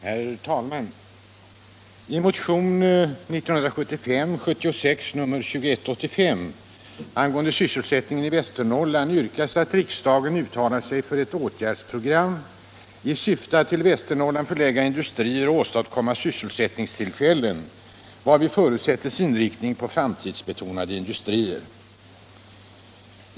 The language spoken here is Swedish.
Herr talman! I motionen 1975/76:2158 angående sysselsättningen i Västernorrland yrkas att riksdagen uttalar sig för ett åtgärdsprogram i syfte att till Västernorrland förlägga industrier och åstadkomma sysselsättningstillfällen, varvid förutsätts inriktning på framtidsbetonade industrier.